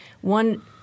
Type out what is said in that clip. One